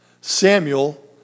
Samuel